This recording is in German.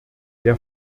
der